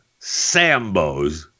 Sambos